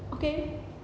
okay